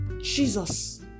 jesus